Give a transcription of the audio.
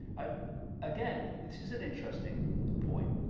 and again this is an interesting point,